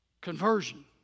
conversion